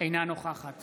אינה נוכחת